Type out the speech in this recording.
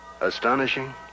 Astonishing